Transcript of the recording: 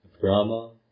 Brahma